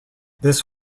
this